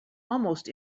almost